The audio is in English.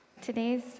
Today's